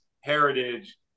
Heritage